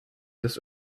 des